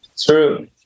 true